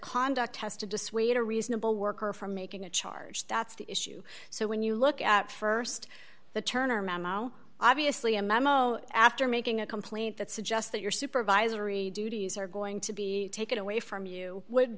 conduct has to dissuade a reasonable worker from making a charge that's the issue so when you look at st the turner memo obviously a memo after making a complaint that suggests that your supervisory duties are going to be taken away from you would